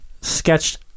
...sketched